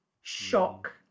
shock